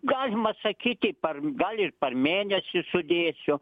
galima sakyti per gal ir per mėnesį sudėsiu